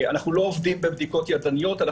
אנחנו לא עובדים בבדיקות ידניות,